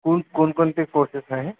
कोण कोणकोणते कोर्सेस आहे